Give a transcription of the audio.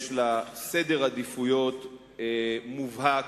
יש לה סדר עדיפויות מובהק,